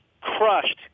crushed